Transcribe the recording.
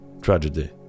Tragedy